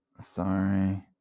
Sorry